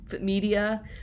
media